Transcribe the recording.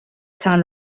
تان